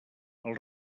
els